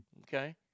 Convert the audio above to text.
okay